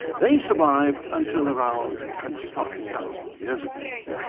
they survived until around twenty five thousand years ago,